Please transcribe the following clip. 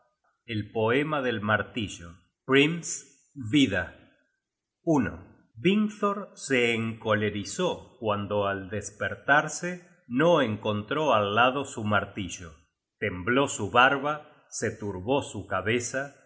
from google book search generated at vingthor se encolerizó cuando al despertarse no encontró al lado su martillo tembló su barba se turbó su cabeza